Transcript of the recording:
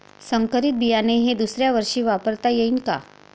संकरीत बियाणे हे दुसऱ्यावर्षी वापरता येईन का?